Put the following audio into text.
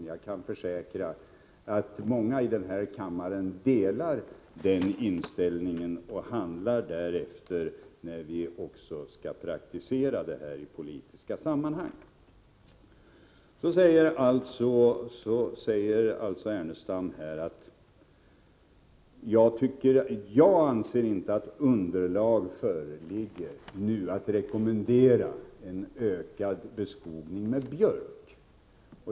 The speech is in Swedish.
Jag kan försäkra att många i denna kammare delar hans inställning och handlar därefter när dessa frågor skall handläggas i politiska sammanhang. Lars Ernestam säger att jag inte anser att underlag föreligger för att nu rekommendera en ökad beskogning med björk.